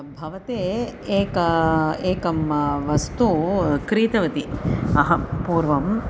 भवतः एका एकं वस्तु क्रीतवती अहं पूर्वम्